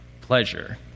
Pleasure